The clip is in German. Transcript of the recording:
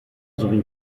sowie